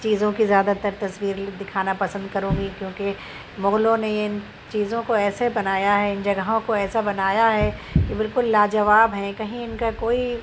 چیزوں کی زیادہ تر تصویر دکھانا پسند کروں گی کیونکہ مغلوں نے ان چیزوں کو ایسے بنایا ہے ان جگہوں کو ایسا بنایا ہے کہ بالکل لاجواب ہیں کہیں ان کا کوئی